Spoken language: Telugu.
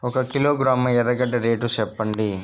ఒక కిలోగ్రాము ఎర్రగడ్డ రేటు సెప్పండి?